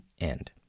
end